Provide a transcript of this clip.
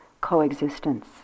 coexistence